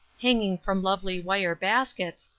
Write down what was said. hanging from lovely wire baskets,